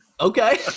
Okay